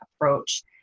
approach